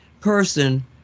person